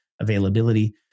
availability